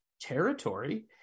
territory